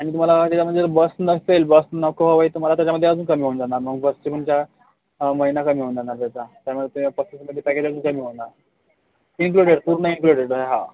आणि तुम्हाला त्याच्यामध्ये बस नसेल बस नको हवी आहे तुम्हाला तर त्याच्यामध्ये अजून कमी होऊन जाणार मग बसचे तुमच्या महिना कमी होऊन जाणार त्याचा त्यामध्ये ते पस्तीसमध्ये पॅकेज अजून कमी होणार इंक्लुडेड पूर्ण इंक्लुडेड आहे हा